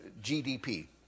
GDP